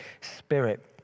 Spirit